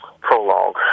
prologue